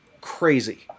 crazy